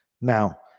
Now